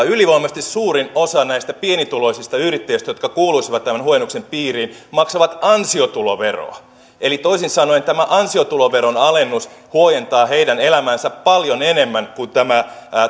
ylivoimaisesti suurin osa pienituloisista yrittäjistä jotka kuuluisivat tämän huojennuksen piirin maksavat ansiotuloveroa eli toisin sanoen tämä ansiotuloveron alennus huojentaa heidän elämäänsä paljon enemmän kuin tämä